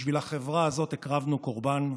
בשביל החברה הזאת הקרבנו קורבן?